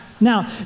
Now